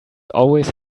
always